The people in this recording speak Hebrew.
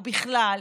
או בכלל,